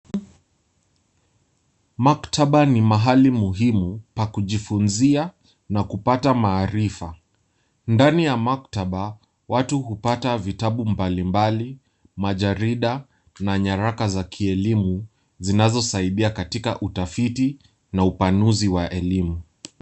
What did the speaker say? Maktaba ni mahali muhimu pa kujifinzia na kupata maarifa. Ndani ya maktaba watu hupata vitabu mbali mbali majarinda na yaraka za kielimu zinazosaidia katika utafiti na upanuzi wa elimu.